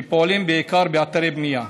שפועלים בעיקר באתרי בנייה,